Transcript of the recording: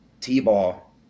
T-ball